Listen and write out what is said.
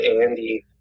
Andy